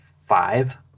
five